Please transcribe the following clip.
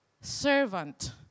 servant